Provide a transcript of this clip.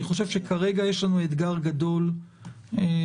אני חושב שכרגע יש לנו אתגר גדול בישראל,